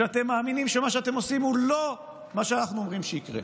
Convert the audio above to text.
שאתם מאמינים שמה שאתם עושים הוא לא מה שאנחנו אומרים שיקרה,